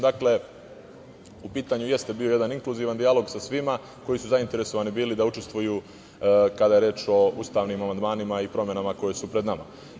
Dakle, u pitanju jeste bio jedan inkluzivan dijalog sa svima koji su zainteresovani bili da učestvuju kada je reč o ustavnim amandmanima i promenama koje su pred nama.